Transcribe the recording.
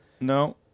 no